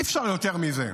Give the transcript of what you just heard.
אי-אפשר יותר מזה,